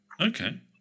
Okay